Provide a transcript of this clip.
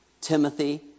Timothy